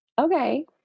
okay